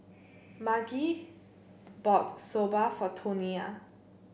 Margie bought Soba for Tonia